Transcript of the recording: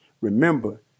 Remember